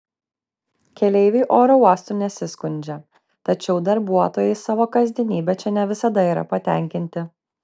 keleiviai oro uostu nesiskundžia tačiau darbuotojai savo kasdienybe čia ne visada yra patenkinti